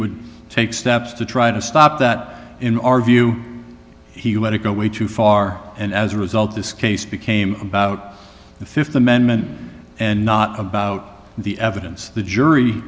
would take steps to try to stop that in our view he let it go way too far and as a result this case became about the th amendment and not about the evidence the jury